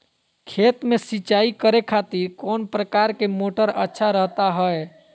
खेत में सिंचाई करे खातिर कौन प्रकार के मोटर अच्छा रहता हय?